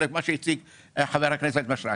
מה שהציג חבר הכנסת מישרקי.